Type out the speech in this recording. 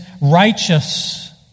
righteous